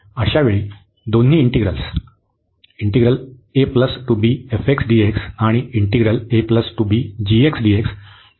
तर अशावेळी दोन्ही इंटिग्रल आणि समान वागतील